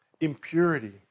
impurity